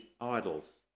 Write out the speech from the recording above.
idols